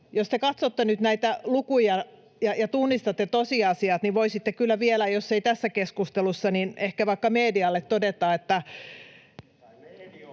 nyt näitä lukuja ja tunnistatte tosiasiat, niin voisitte kyllä vielä, jos ei tässä keskustelussa, ehkä vaikka medialle todeta, [Ben